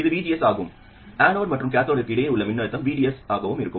இது VGS ஆகவும் anode மற்றும் கேத்தோடிற்கு இடையே உள்ள மின்னழுத்தம் VDS ஆகவும் இருக்கும்